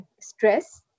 Stress